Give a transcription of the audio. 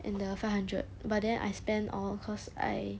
and the five hundred but then I spend all cause I